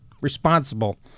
responsible